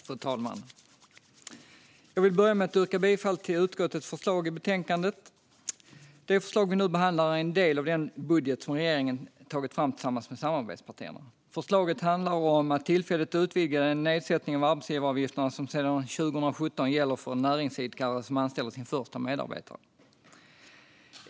Fru talman! Jag vill börja med att yrka bifall till utskottets förslag i betänkandet. Det förslag vi nu behandlar är en del av den budget som regeringen har tagit fram tillsammans med samarbetspartierna. Förslaget handlar om att tillfälligt utvidga den nedsättning av arbetsgivaravgifterna som sedan 2017 gäller för näringsidkare som anställer sin första medarbetare.